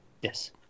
Yes